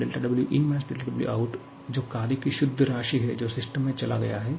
δWin - δWout जो कार्य की शुद्ध राशि है जो सिस्टम में चला गया है